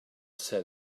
said